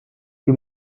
die